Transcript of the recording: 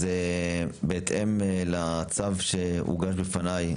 בהתאם לצו שהוגש בפניי,